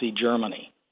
Germany